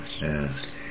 Yes